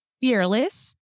fearless